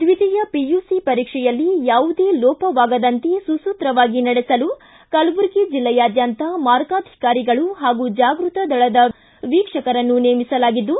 ದ್ವೀತಿಯ PUC ಪರೀಕ್ಷೆಯಲ್ಲಿ ಯಾವುದೇ ಲೋಪವಾಗದಂತೆ ಸೂಸೂತ್ರವಾಗಿ ನಡೆಸಲು ಕಲಬುರಗಿ ಜಿಲ್ಲೆಯಾದ್ಯಂತ ಮಾರ್ಗಾಧಿಕಾರಿಗಳು ಹಾಗೂ ಜಾಗೃತ ದಳದ ವೀಕ್ಷಕರನ್ನು ನೇಮಿಸಲಾಗಿದ್ದು